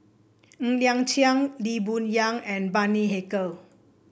Ng Liang Chiang Lee Boon Yang and Bani Haykal